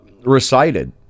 recited